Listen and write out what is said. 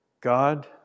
God